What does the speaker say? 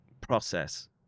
process